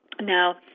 Now